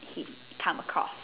he come across